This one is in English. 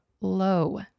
low